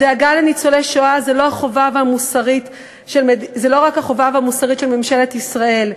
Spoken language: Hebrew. הדאגה לניצולי שואה זו לא רק החובה המוסרית של ממשלת ישראל,